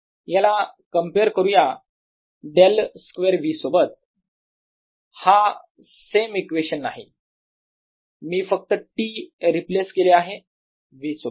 याला कम्पेअर करू या ▽2 V बरोबर 0 सोबत हा सेम इक्वेशन आहे मी फक्त T रिप्लेस केले आहे V सोबत